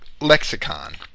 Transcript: lexicon